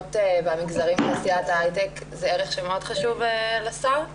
והמגזרים בתעשיית ההייטק זה ערך שמאוד חשוב לשר,